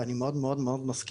ואני מאוד מאוד מסכים,